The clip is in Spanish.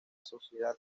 sociedad